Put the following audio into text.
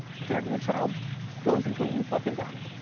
parenting a child goes until you fucking die.